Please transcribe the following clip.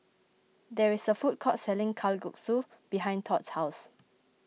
there is a food court selling Kalguksu behind Tod's house